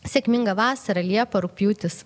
sėkminga vasara liepa rugpjūtis